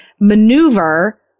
maneuver